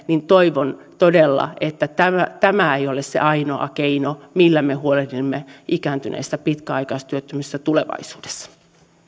toivon todella että tämä tämä ei ole se ainoa keino millä me huolehdimme ikääntyneistä pitkäaikaistyöttömistä tulevaisuudessa